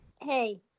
Hey